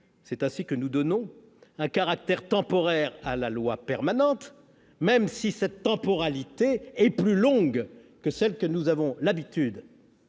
C'est ainsi que nous donnons un caractère temporaire à la loi permanente, même si cette temporalité est plus longue que celle que nous avons l'habitude